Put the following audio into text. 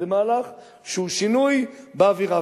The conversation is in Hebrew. זה מהלך שהוא שינוי באווירה.